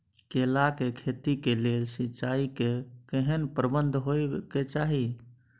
केला के खेती के लेल सिंचाई के केहेन प्रबंध होबय के चाही?